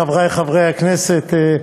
חברי חברי הכנסת,